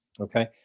Okay